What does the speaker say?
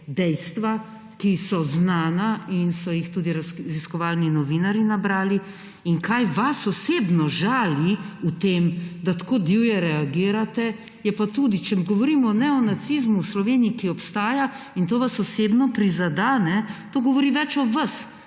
dejstva, ki so znana in so jih tudi raziskovalni novinarji nabrali. Kaj vas osebno žali v tem, da tako divje reagirate, je pa tudi … Če govorimo o neonacizmu v Sloveniji, ki obstaja, in to vas osebno prizadene, to govori več o vas